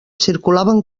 circulaven